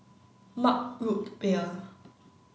mug root beer